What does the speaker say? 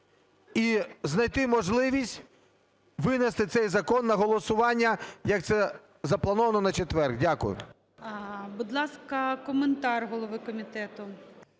і знайти можливість винести цей закон на голосування, як це заплановано на четвер. Дякую. ГОЛОВУЮЧИЙ. Будь ласка, коментар голови комітету.